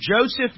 Joseph